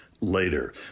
later